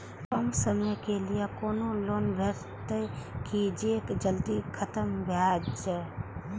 कम समय के लीये कोनो लोन भेटतै की जे जल्दी खत्म भे जे?